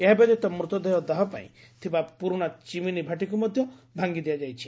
ଏହା ବ୍ୟତୀତ ମୃତଦେହ ଦାହ ପାଇଁ ଥିବା ପୁରୁଶା ଚିମିନି ଭାଟିକୁ ମଧ୍ଧ ଭାଟି ଦିଆଯାଇଛି